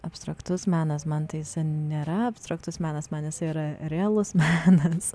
abstraktus menas man tai jis nėra abstraktus menas man jis yra realus menas